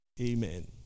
amen